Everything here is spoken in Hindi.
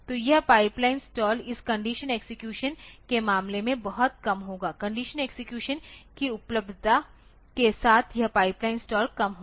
तो यह पाइपलाइन स्टॉल इस कंडीशन एक्सेक्यूशन के मामले में बहुत कम होगा कंडीशन एक्सेक्यूशन की उपलब्धता के साथ यह पाइपलाइन स्टॉल कम होगा